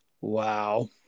Wow